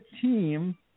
team